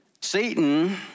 Satan